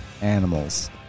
Animals